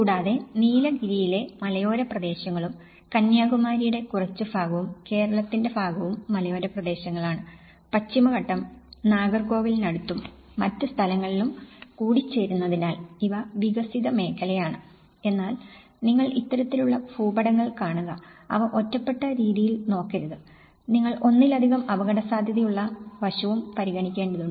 കൂടാതെ നീലഗിരിയിലെ മലയോര പ്രദേശങ്ങളും കന്യാകുമാരിയുടെ കുറച്ച് ഭാഗവും കേരളത്തിന്റെ ഭാഗവും മലയോര പ്രദേശങ്ങളാണ് പശ്ചിമഘട്ടം നാഗർകോവിലിനടുത്തും മറ്റ് സ്ഥലങ്ങളിലും കൂടിച്ചേരുന്നതിനാൽ ഇവ വികസിത മേഘലയാണ് എന്നാൽ നിങ്ങൾ ഇത്തരത്തിലുള്ള ഭൂപടങ്ങൾ കാണുക അവ ഒറ്റപ്പെട്ട രീതിയിൽ നോക്കരുത് നിങ്ങൾ ഒന്നിലധികം അപകട സാധ്യതയുള്ള വശവും പരിഗണിക്കേണ്ടതുണ്ട്